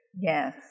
Yes